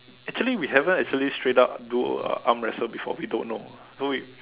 actually we haven't actually straight out do arm wrestle before we don't know so we